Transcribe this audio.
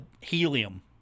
helium